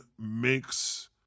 makes